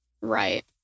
right